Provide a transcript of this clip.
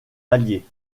alliés